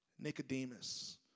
Nicodemus